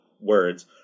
words